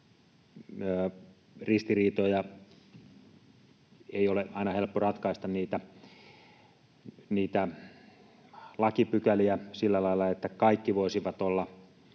ristiriitoja. Ei ole aina helppo ratkaista lakipykäliä sillä lailla, että kaikki voisivat olla